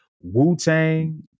Wu-Tang